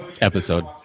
episode